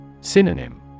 Synonym